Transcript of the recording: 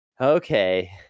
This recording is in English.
Okay